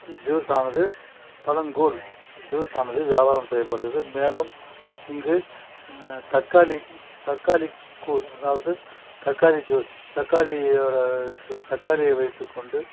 juice ஆனது பழங்கூழ் juice ஆனது வியாபாரம் செய்யப்படுது மேலும் இங்கு தக்காளி தக்காளி கூழ் அதாவது தக்காளி ஜூஸ் தக்காளியோட தக்காளியை வைத்துக்கொண்டு